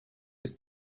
des